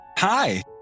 Hi